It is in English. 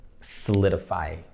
solidify